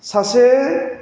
सासे